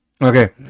okay